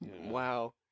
Wow